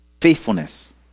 Faithfulness